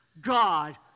God